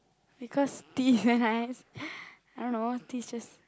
because tea nice I don't know tea is just